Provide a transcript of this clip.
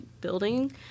building